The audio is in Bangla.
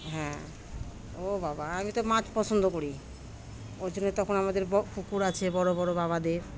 হ্যাঁ ও বাবা আমি তো মাছ পছন্দ করি ওর জন্য তখন আমাদের কুকুর আছে বড়ো বড়ো বাবাদের